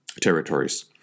territories